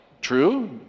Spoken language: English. true